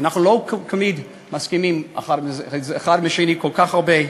שאנחנו לא תמיד מסכימים האחד עם השני כל כך הרבה,